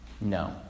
No